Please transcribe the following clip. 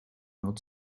not